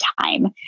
time